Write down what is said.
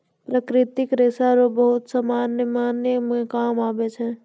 प्राकृतिक रेशा रो बहुत समान बनाय मे काम आबै छै